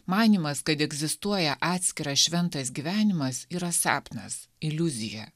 manymas kad egzistuoja atskiras šventas gyvenimas yra sapnas iliuzija